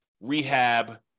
rehab